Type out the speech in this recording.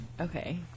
Okay